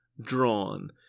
drawn